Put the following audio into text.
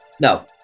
No